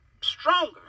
stronger